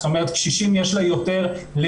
זאת אומרת קשישים יש לה יותר לבד.